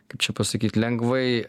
kaip čia pasakyt lengvai